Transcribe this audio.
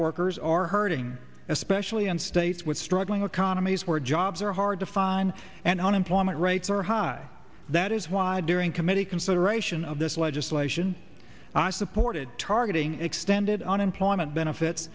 workers are hurting especially in states with struggling economies where jobs are hard to find and unemployment rates are high that is why during committee consideration of this legislation i supported targeting extended unemployment benefits